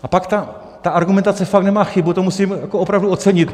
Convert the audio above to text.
A pak ta argumentace fakt nemá chybu, to musím jako opravdu ocenit.